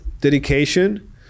dedication